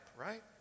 right